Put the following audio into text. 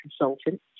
consultant